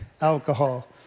alcohol